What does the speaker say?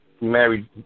married –